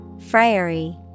Friary